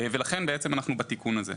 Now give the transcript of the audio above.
לכן אנחנו בתיקון הזה.